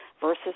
versus